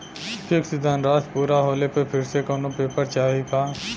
Fix धनराशी पूरा होले पर फिर से कौनो पेपर चाही का?